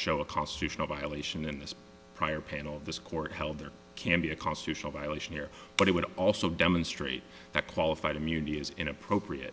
show a constitutional violation in this prior panel of this court held there can be a constitutional violation here but it would also demonstrate that qualified immunity is inappropriate